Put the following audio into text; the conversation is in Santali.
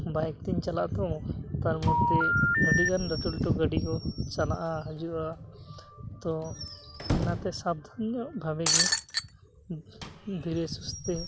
ᱵᱟᱭᱤᱠ ᱛᱤᱧ ᱪᱟᱞᱟᱜᱼᱟ ᱛᱚ ᱛᱟᱨ ᱢᱚᱫᱽᱫᱷᱮ ᱟᱹᱰᱤᱜᱟᱱ ᱞᱟᱹᱴᱩ ᱞᱟᱹᱴᱩ ᱜᱟᱹᱰᱤ ᱦᱚᱸ ᱪᱟᱞᱟᱜᱼᱟ ᱦᱟᱹᱡᱩᱜᱼᱟ ᱛᱚ ᱚᱱᱟᱛᱮ ᱥᱟᱵᱫᱷᱟᱱ ᱧᱚᱜ ᱵᱷᱟᱵᱮ ᱜᱮ ᱫᱷᱤᱨᱮ ᱥᱩᱥᱛᱮ